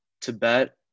Tibet